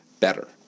better